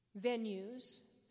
venues